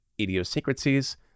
idiosyncrasies